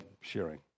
sharing